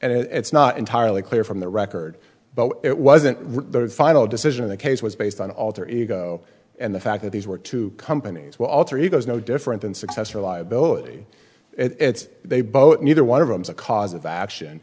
it's not entirely clear from the record but it wasn't the final decision of the case was based on alter ego and the fact that these were two companies will alter egos no different than successor liability it's they both neither one of them is a cause of action